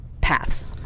paths